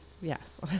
yes